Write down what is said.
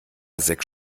sechs